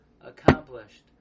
accomplished